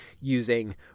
using